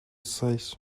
says